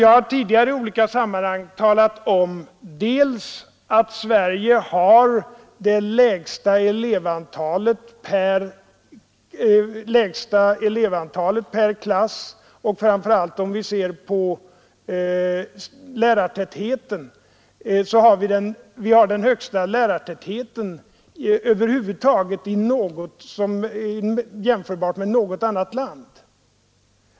Jag har tidigare i olika sammanhang talat om dels att Sverige har det lägsta elevantalet per klass, dels och framför allt att vi har den största lärartätheten över huvud taget jämfört med andra länder.